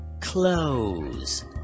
close